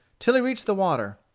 till he reached the water.